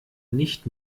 nicht